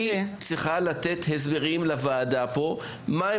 היא צריכה לתת הסברים לוועדה על מה הם